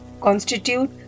constitute